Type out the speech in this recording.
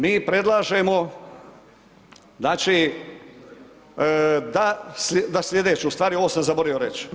Mi predlažemo znači da sljedeću stvar, ovo sam zaboravio reći.